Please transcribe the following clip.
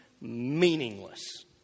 meaningless